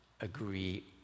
agree